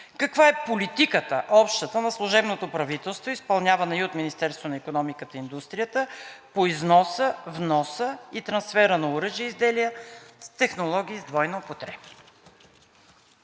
Каква е общата политика на служебното правителство, изпълнявана и от Министерство на икономиката и индустрията, по износа, вноса и трансфера на оръжия и изделия и технологии с двойна употреба?